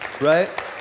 right